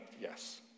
Yes